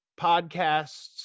podcasts